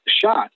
shot